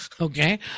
okay